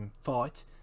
fight